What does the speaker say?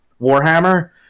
Warhammer